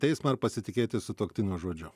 teismą ar pasitikėti sutuoktinio žodžiu